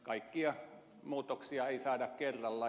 kaikkia muutoksia ei saada kerralla